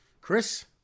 Chris